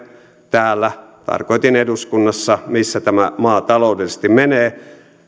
täällä tarkoitin eduskunnassa missä tämä maa taloudellisesti menee